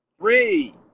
Three